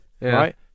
right